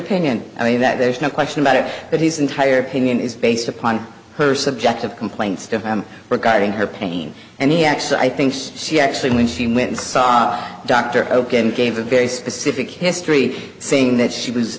opinion i mean that there's no question about it but his entire opinion is based upon her subjective complaints regarding her pain and the x i think she actually when she went and saw a doctor gave a very specific history saying that she was